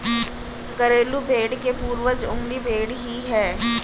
घरेलू भेंड़ के पूर्वज जंगली भेंड़ ही है